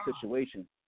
situation